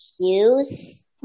shoes